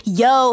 yo